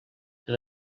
que